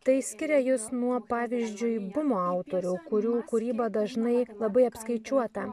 tai skiria jus nuo pavyzdžiui bumo autorių kurių kūryba dažnai labai apskaičiuota